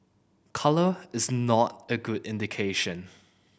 colour is not a good indication